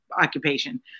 occupation